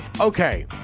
okay